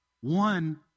One